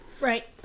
Right